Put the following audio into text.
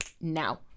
now